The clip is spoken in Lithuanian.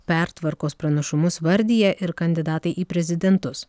pertvarkos pranašumus vardija ir kandidatai į prezidentus